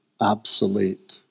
obsolete